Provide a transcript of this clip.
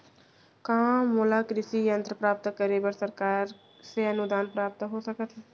का मोला कृषि यंत्र प्राप्त करे बर सरकार से अनुदान प्राप्त हो सकत हे?